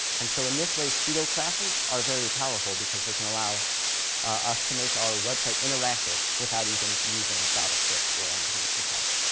and so in this way, pseudo-classes are very powerful because they can allow us to make our website interactive without even using javascript or anything complex.